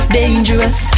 dangerous